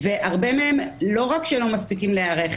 והרבה מהם, לא רק שלא מספיקים להיערך.